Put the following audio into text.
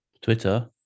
Twitter